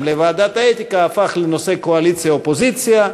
לוועדת האתיקה הפך לנושא של קואליציה אופוזיציה.